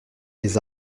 les